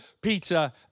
Peter